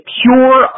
pure